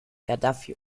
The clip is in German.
gaddafi